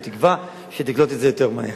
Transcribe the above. בתקווה שתקלוט את זה יותר מהר.